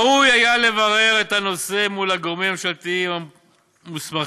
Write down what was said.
ראוי היה לברר את הנושא עם הגורמים הממשלתיים המוסמכים,